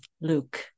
Luke